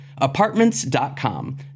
Apartments.com